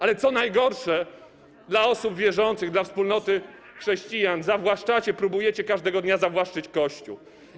Ale, co najgorsze dla osób wierzących, dla wspólnoty chrześcijan, zawłaszczacie, próbujecie każdego dnia zawłaszczyć Kościół.